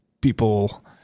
people